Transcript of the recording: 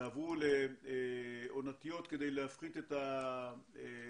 תעברו לעונתיות כדי להפחית את הפחם